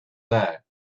there